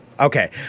Okay